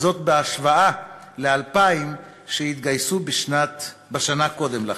זאת בהשוואה ל-2,000 שהתגייסו בשנה קודם לכן,